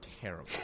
terrible